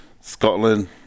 Scotland